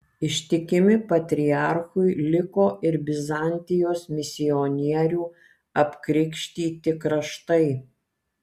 ištikimi patriarchui liko ir bizantijos misionierių apkrikštyti kraštai